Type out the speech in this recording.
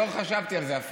לא חשבתי על זה אפילו.